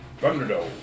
Thunderdome